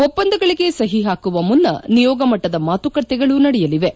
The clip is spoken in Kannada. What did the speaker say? ಒಪ್ಪಂದಗಳಿಗೆ ಸಹಿ ಹಾಕುವ ಮುನ್ನ ನಿಯೋಗಮಟ್ಟದ ಮಾತುಕತೆಗಳು ನಡೆಯಲಿವೆ